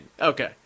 Okay